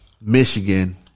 Michigan